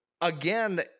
again